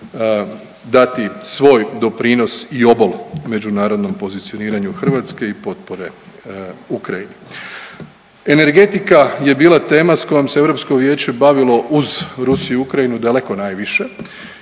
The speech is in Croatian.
dati svoj doprinos i obol međunarodnom pozicioniranju Hrvatske i potpore Ukrajini. Energetika je bila tema s kojom se Europsko Vijeće bavilo uz Rusiju i Ukrajinu daleko najviše